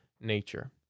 nature